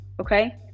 okay